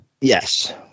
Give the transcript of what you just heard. yes